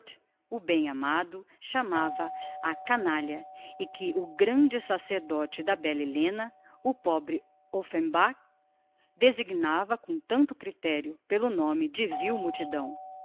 o bem amado chamava a canalha e que o grande sacerdote da bella helena o pobre offenbac designava com tanto criterio pelo nome de vil multidão